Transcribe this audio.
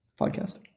podcast